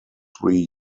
three